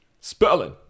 Spelling